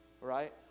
right